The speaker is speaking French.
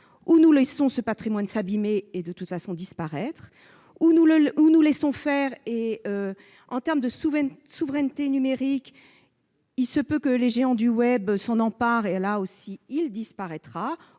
soit nous laissons ce patrimoine s'abîmer et, de toute façon, disparaître ; soit nous laissons faire et, en termes de souveraineté numérique, il se peut que les géants du s'en emparent, ce qui signifie